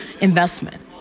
investment